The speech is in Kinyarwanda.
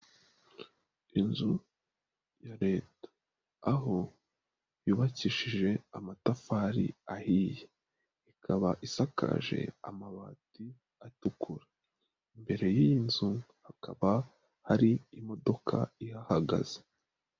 Inzu ya leta aho yubakishije amatafari ahiye, ikaba isakaje amabati atukura, imbere y'iyi nzu hakaba hari imodoka ihahagaze.